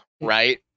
right